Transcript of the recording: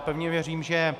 Pevně věřím, že...